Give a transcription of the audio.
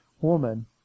woman